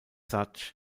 such